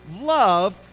love